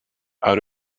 out